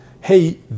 hey